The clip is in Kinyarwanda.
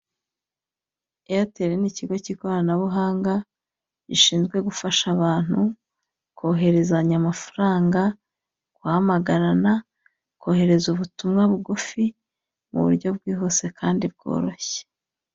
Eyateri ni ikigo k'ikoranabuhanga gishinzwe gufasha abantu koherezanya amafanga, guhamagarana, kohereza ubutumwa bugufi mu buryo bwihuse kandi bworoshye.